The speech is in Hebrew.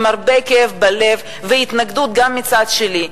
עם הרבה כאב בלב והתנגדות גם מהצד שלי,